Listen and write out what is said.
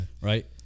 Right